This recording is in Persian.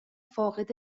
فاقد